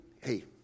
hey